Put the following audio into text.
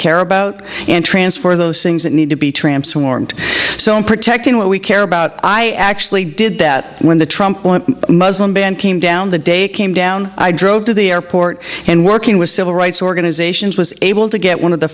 care about and transfer those things that need to be transformed so and protect you know what we care about i actually did that when the trump muslim ban came down the day it came down i drove to the airport and working with civil rights organizations was able to get one of the